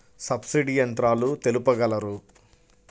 Subsidy యంత్రాలు తెలుపగలరు?